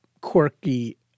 quirky